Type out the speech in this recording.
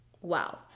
Wow